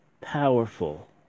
powerful